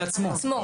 של עצמו.